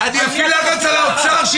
אני אפעיל לחץ על האוצר?